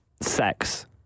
sex